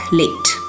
late